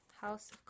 House